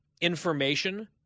information